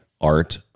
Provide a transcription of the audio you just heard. art